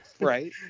right